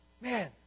Man